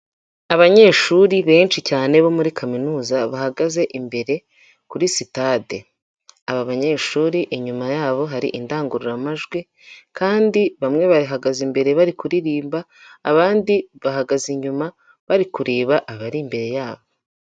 Abanyeshuri benshi cyane bo muri Kaminuza bahagaze imbere kuri sitade, aba banyeshuri inyuma yabo hari indangururamajwi kandi bamwe bahagaze imbere bari kuririmba, abandi bahagaze inyuma bari kureba abari imbere yabo.